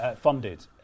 funded